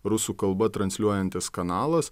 rusų kalba transliuojantis kanalas